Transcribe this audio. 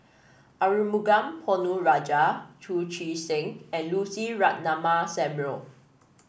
Arumugam Ponnu Rajah Chu Chee Seng and Lucy Ratnammah Samuel